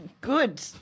Good